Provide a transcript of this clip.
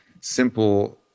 simple